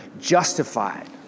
justified